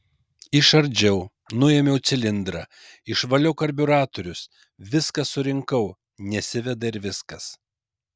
išardžiau nuėmiau cilindrą išvaliau karbiuratorius viską surinkau nesiveda ir viskas